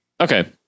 Okay